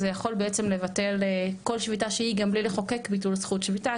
זה יכול בעצם לבטל כל שביתה שהיא גם בלי לחוקק ביטול זכות שביתה,